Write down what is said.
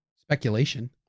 speculation